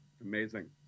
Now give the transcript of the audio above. Amazing